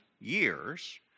years